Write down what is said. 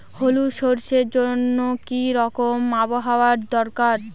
হলুদ সরষে জন্য কি রকম আবহাওয়ার দরকার?